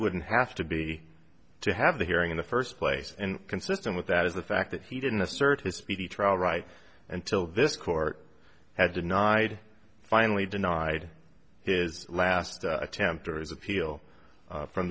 wouldn't have to be to have the hearing in the first place and consistent with that is the fact that he didn't assert his speedy trial right until this court had denied finally denied his last attempt or is appeal from